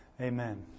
Amen